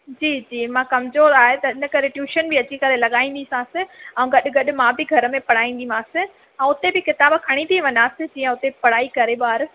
जी जी मां कमजोर आहे त हिन करे ट्यूशन बि अची करे लगाईंदी सास ऐं गॾु गॾु मां बि घर में पढ़ाईंदीमासि ऐं हुते बि किताब खणी थी वञासि जीअं हुते पढ़ाई करे ॿार